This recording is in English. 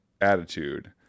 attitude